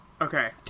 Okay